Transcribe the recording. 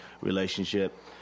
relationship